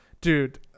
dude